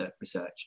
research